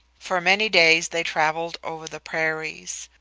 for many days they travelled over the prairies.